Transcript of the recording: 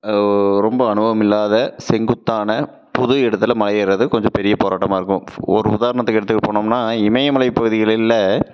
ரொம்ப அனுபவம் இல்லாத செங்குத்தான பொது இடத்தில் மலை ஏறுவது கொஞ்சம் பெரிய போராட்டமாக இருக்கும் ஃப் ஒரு உதாரணத்துக்கு இடத்துக்கு போனோம்னால் இமயமலை பகுதிகளில்